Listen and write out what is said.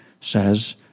says